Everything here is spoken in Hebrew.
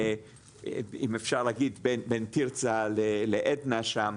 אם אפשר להגיד, בין תרצה לעדנה שם,